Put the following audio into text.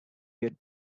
your